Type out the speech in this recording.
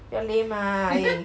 不要 lame ah 你